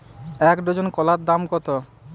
এক ডজন কলার দাম কত?